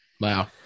Wow